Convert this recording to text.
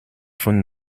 von